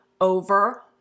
over